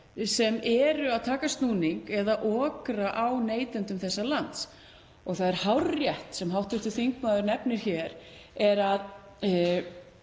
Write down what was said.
sem eru að taka snúning eða okra á neytendum þessa lands. Það er hárrétt sem hv. þingmaður nefnir að